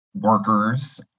workers